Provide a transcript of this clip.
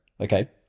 Okay